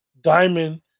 Diamond